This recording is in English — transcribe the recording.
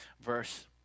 verse